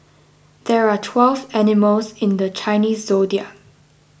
there are twelve animals in the Chinese zodiac